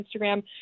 Instagram